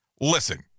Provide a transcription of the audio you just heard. Listen